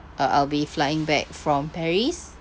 uh I'll be flying back from paris